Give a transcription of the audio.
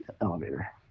Elevator